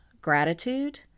gratitude